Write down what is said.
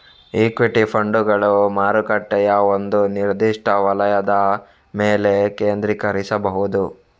equity ಫಂಡುಗಳು ಮಾರುಕಟ್ಟೆಯ ಒಂದು ನಿರ್ದಿಷ್ಟ ವಲಯದ ಮೇಲೆ ಕೇಂದ್ರೀಕರಿಸಬಹುದು